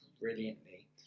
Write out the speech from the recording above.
brilliantly